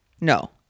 no